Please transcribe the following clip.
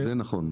זה נכון,